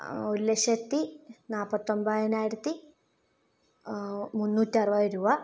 ഒരു ലക്ഷത്തി നാൽപ്പത്തൊൻപതിനായിരത്തി മുന്നൂറ്റി അറുപത് രൂപ